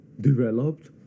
developed